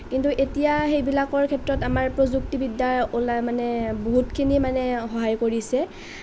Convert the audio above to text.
কিন্তু এতিয়া সেইবিলাকৰ ক্ষেত্ৰত আমাৰ প্ৰযুক্তিবিদ্যা ওলাই মানে বহুতখিনি মানে সহায় কৰিছে